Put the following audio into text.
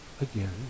again